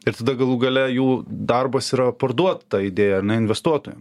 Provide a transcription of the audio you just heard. ir tada galų gale jų darbas yra parduot tą idėją investuotojam